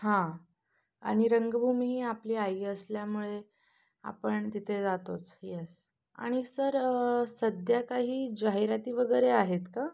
हां आणि रंगभूमी ही आपली आई असल्यामुळे आपण तिथे जातोच येस आणि सर सध्या काही जाहिराती वगैरे आहेत का